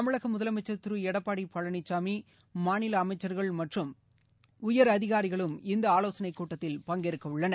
தமிழக முதலமைச்சர் திரு எடப்பாடி பழனிசாமி மாநில அமைச்சர்கள் மற்றும் உயரதிகாரிகளும் இந்த ஆலோசனை கூட்டத்தில் பங்கேற்க உள்ளனர்